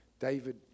David